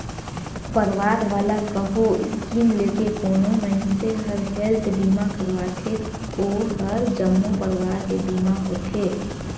परवार वाला कहो स्कीम लेके कोनो मइनसे हर हेल्थ बीमा करवाथें ओ हर जम्मो परवार के बीमा होथे